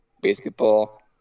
Basketball